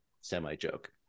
semi-joke